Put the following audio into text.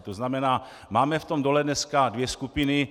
To znamená, máme v tom dole dneska dvě skupiny.